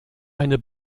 eine